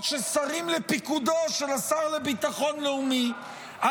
שסרים לפיקודו של השר לביטחון לאומי.